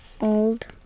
old